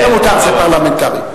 זה מותר, זה פרלמנטרי.